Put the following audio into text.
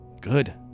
Good